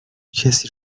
کسی